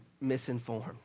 misinformed